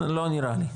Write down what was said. לא נראה לי.